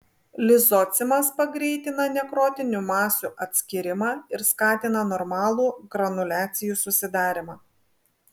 lizocimas pagreitina nekrotinių masių atskyrimą ir skatina normalų granuliacijų susidarymą